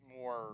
more